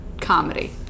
comedy